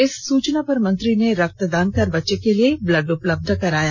इस सूचना पर मंत्री ने रक्तदान कर बच्चे के लिए ब्लड उपलब्ध कराया